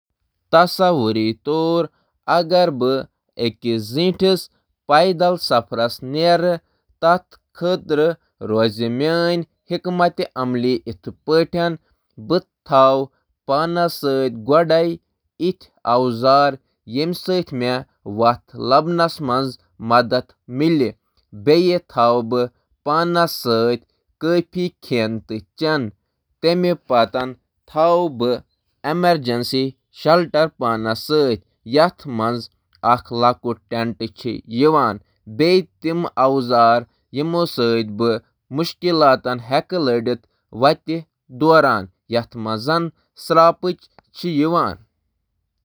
تصور کٔرِو زِ اگر بہٕ پیدل سفر۔ بہٕ نِنہٕ تِم چیز، یِم میانہِ خٲطرٕ مددگار آسن۔ تہٕ بہٕ نِنہٕ واریٛاہ کھٮ۪ن تہٕ چیٚنہٕ۔ بہٕ نِنہٕ ایمرجنسی ٹینٹ۔ تہٕ تِم ہتھیار یِم مےٚ ہنگٲمی حالاتن منٛز مدد کرِ، مثلاً چھُر، تلوار تہٕ باقی۔